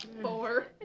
Four